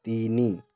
ତିନି